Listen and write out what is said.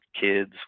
kids